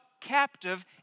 captive